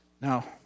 Now